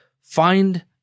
find